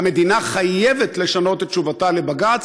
המדינה חייבת לשנות את תשובתה לבג"ץ